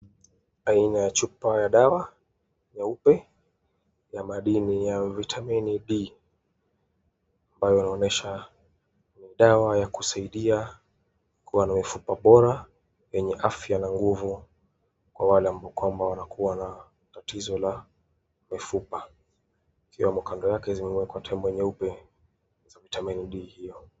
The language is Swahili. Aina ya chupa ya dawa nyeupe ya madini ya vitamini D ambayo inaonyesha ni dawa ya kusaidia kuwa na mifupa bora yenye afya na nguvu kwa wale ambao kwamba wanakuwa na tatizo la mifupa ikiwa kando yake kumewekwa tembe nyeupe za vitamini D hiyo.